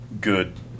good